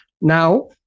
Now